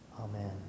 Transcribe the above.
Amen